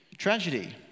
Tragedy